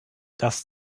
das